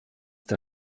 der